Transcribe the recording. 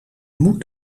moet